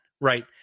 right